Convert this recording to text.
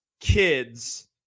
kids